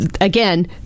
again